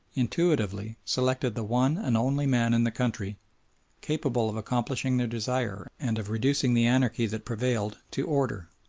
intuitively selected the one and only man in the country capable of accomplishing their desire and of reducing the anarchy that prevailed to order.